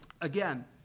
again